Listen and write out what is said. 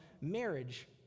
marriage